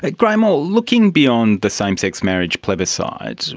like graeme orr, looking beyond the same-sex marriage plebiscite,